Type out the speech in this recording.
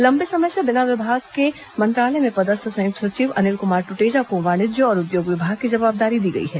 लंबे समय से बिना विभाग के मंत्रालय में पदस्थ संयुक्त सचिव अनिल कुमार ट्टेजा को वाणिज्य और उद्योग विभाग की जवाबदारी दी गई है